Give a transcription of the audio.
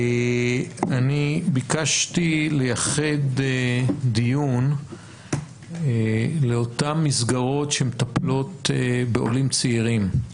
אני ביקשתי לייחד דיון לאותן מסגרות שמטפלות בעולים צעירים.